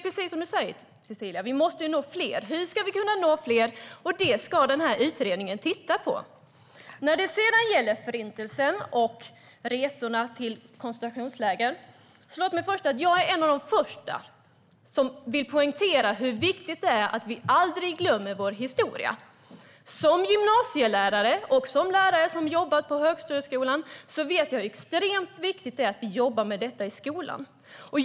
Precis som du säger, Cecilia Magnusson, måste vi nå fler. Hur ska vi kunna nå fler? Det ska denna utredning titta på. När det gäller Förintelsen och resorna till koncentrationsläger är jag en av de första som vill poängtera hur viktigt det är att vi aldrig glömmer vår historia. Jag har jobbat som gymnasielärare och högstadielärare och vet hur extremt viktigt det är att vi jobbar med detta i skolan.